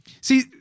see